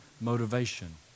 motivation